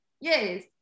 Yes